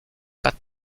pas